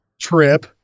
Trip